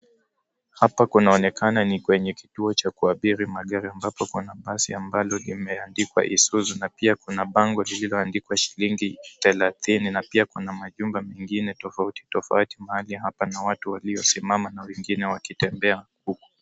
Hapa kunaonekana ni kwenye kituo cha kuabiri mageri ambapo bana basi ambalo limeandikwa isuzu, na pia kuna bango lililoandikwa shilingi thelatini, na pia kuna majumba mengine tofauti tofauti baadhi hapa na watu waliosimama na wengine wakitembea huku.